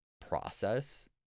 process